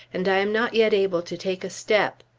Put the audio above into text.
and i am not yet able to take a step.